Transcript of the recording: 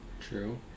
True